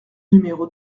numéro